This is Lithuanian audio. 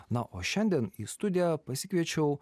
na o šiandien į studiją pasikviečiau